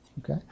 Okay